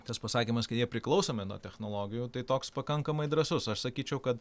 tas pasakymas kad jie priklausomi nuo technologijų tai toks pakankamai drąsus aš sakyčiau kad